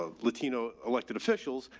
ah latino elected officials.